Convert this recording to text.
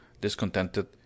discontented